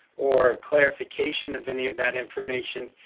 or clarification of any of that information,